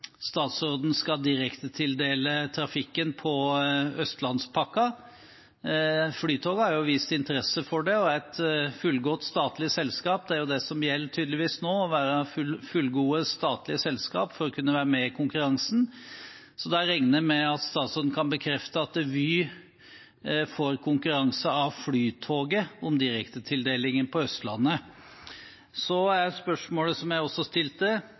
statsråden skal direktetildele trafikken på Østlandspakka? Flytoget har vist interesse for det og er et fullgodt statlig selskap – det er jo det som gjelder nå tydeligvis, å være fullgode statlige selskaper for å kunne være med i konkurransen – så da regner jeg med at statsråden kan bekrefte at Vy får konkurranse av Flytoget om direktetildelingen på Østlandet. Så er spørsmålet, som jeg også stilte: